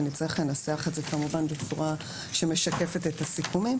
ונצטרך לנסח את זה בצורה שמשקפת את הסיכומים